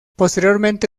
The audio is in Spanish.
posteriormente